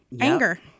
Anger